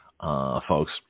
folks